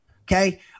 Okay